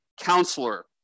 counselor